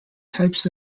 types